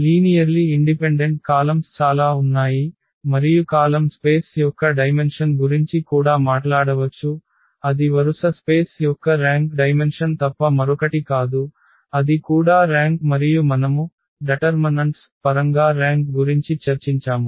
linearly independent columns చాలా ఉన్నాయి మరియు కాలమ్ స్పేస్ యొక్క డైమెన్షన్ గురించి కూడా మాట్లాడవచ్చు అది వరుస స్పేస్ యొక్క ర్యాంక్ డైమెన్షన్ తప్ప మరొకటి కాదు అది కూడా ర్యాంక్ మరియు మనము నిర్ణయాధికారుల పరంగా ర్యాంక్ గురించి చర్చించాము